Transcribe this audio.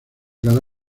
cada